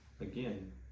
again